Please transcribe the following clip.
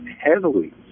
heavily